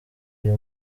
uyu